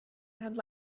had